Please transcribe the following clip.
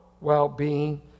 well-being